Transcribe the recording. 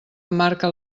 emmarca